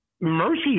mercy